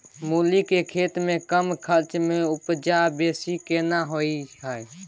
मूली के खेती में कम खर्च में उपजा बेसी केना होय है?